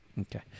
Okay